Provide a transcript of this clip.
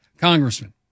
congressman